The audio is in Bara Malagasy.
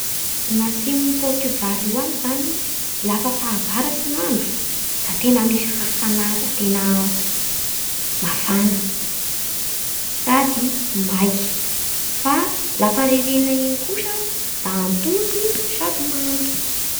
Ny atsimon'ny Portugal io any zany lafa fahavaratsy ny andro da tena misy hafanana tena mafana sady maiky. Fa lafa ririnina igny kosa da antonony sady mando.